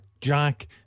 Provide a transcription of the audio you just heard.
Jack